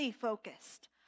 focused